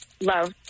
Love